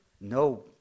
No